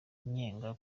umunyenga